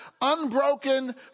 unbroken